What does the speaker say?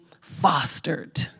fostered